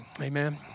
Amen